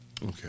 okay